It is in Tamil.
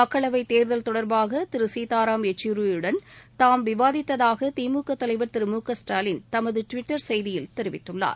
மக்களவைத் தேர்தல் தொடர்பாக திரு சீதாராம் யெச்சூரியுடன் தாம் விவாதித்ததாக திமுக தலைவர் திரு மு க ஸ்டாலின் தமது டுவிட்டர் செய்தியில் தெரிவித்துள்ளார்